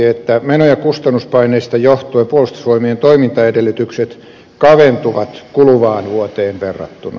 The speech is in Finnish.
meno ja kustannuspaineista johtuen puolustusvoimien toimintaedellytykset kaventuvat kuluvaan vuoteen verrattuna